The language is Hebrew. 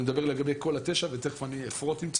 אני מדבר לגבי כל התשע ותיכף אני אפרוט אם צריך.